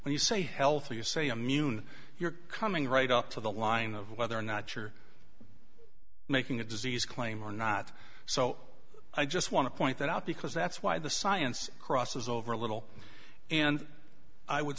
when you say healthy you say immune you're coming right up to the line of whether or not you're making a disease claim or not so i just want to point that out because that's why the science crosses over a little and i would